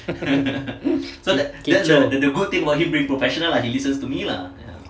good job